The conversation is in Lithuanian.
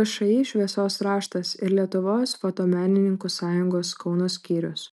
všį šviesos raštas ir lietuvos fotomenininkų sąjungos kauno skyrius